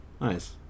Nice